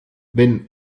wenn